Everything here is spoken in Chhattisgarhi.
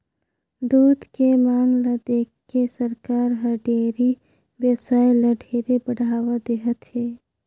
दूद के मांग ल देखके सरकार हर डेयरी बेवसाय ल ढेरे बढ़ावा देहत हे